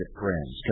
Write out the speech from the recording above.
friends